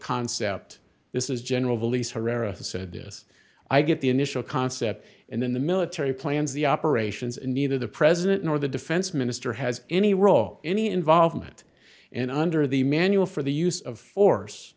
concept this is general release herrera said this i get the initial concept and then the military plans the operations and neither the president nor the defense minister has any role any involvement and under the manual for the use of force